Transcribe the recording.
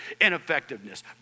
ineffectiveness